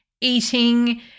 eating